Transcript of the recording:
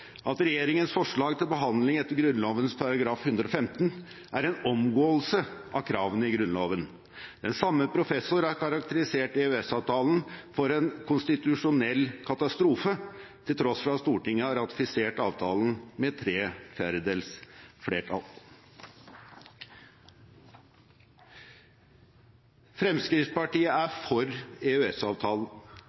at regjeringens forslag til behandling etter Grunnloven § 115 er en «omgåing av krava i Grunnlova». Den samme professoren har karakterisert EØS-avtalen som en «konstitusjonell katastrofe», til tross for at Stortinget har ratifisert avtalen med tre fjerdedels flertall. Fremskrittspartiet er for